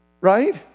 Right